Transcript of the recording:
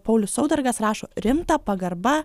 paulius saudargas rašo rimta pagarba